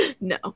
no